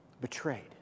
betrayed